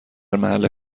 محل